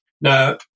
Now